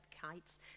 kites